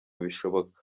bishoboka